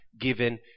given